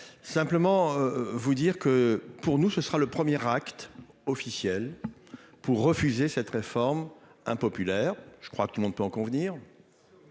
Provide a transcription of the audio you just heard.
Simplement vous dire que pour nous ce sera le premier acte officiel pour refuser cette réforme impopulaire. Je crois que tout le monde peut en convenir.